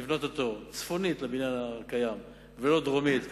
לבנות אותו צפונית לבניין הקיים ולא דרומית לו,